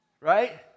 Right